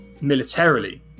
militarily